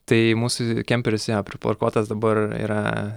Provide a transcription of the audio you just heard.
tai mūsų kemperis jo priparkuotas dabar yra